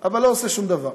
אבל לא עושה שום דבר.